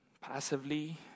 Passively